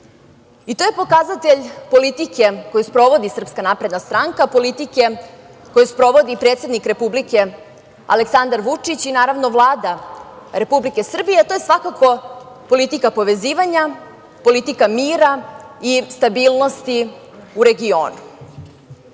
BiH.To je pokazatelj politike koju sprovodi SNS, politike koju sprovodi predsednik Republike Aleksandar Vučić i naravno Vlada Republike Srbije, to je svakako politika povezivanja, politika mira i stabilnosti u regionu. To